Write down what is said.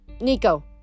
Nico